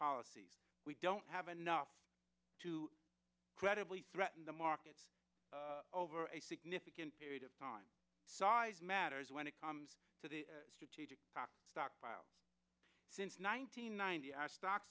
policies we don't have enough to credibly threaten the market over a significant period of time size matters when it comes to the strategic stockpile since nine hundred ninety as stock